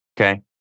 Okay